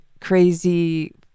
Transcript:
crazy